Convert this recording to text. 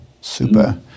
super